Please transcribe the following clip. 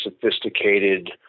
sophisticated